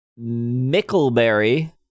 Mickleberry